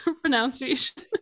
pronunciation